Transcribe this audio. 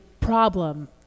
problem